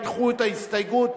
ידחו את ההסתייגות,